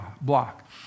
block